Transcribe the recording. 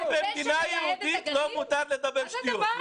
גם במדינה יהודית לא מותר לדבר שטויות.